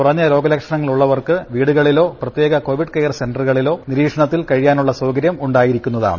കുറഞ്ഞ രോഗലക്ഷണങ്ങൾ ഉള്ളവർക്ക് വീടുകളിലോ പ്രത്യേക കോവിഡ് കെയർ സെന്ററുകളിലോ നിരീക്ഷണത്തിൽ കഴിയാനുള്ള സൌകര്യം ഉണ്ടായിരിക്കുന്നതാണ്